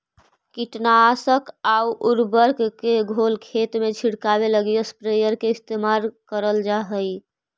कीटनाशक आउ उर्वरक के घोल खेत में छिड़ऽके लगी स्प्रेयर के इस्तेमाल करल जा हई